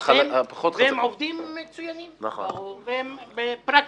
והם עובדים מצוינים בפרקטיקה,